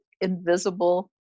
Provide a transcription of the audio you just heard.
invisible